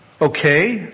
okay